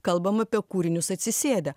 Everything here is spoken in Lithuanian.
kalbam apie kūrinius atsisėdę